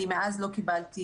אני מאז לא קיבלתי